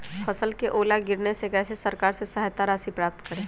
फसल का ओला गिरने से कैसे सरकार से सहायता राशि प्राप्त करें?